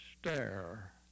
stare